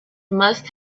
must